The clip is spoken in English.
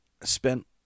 spent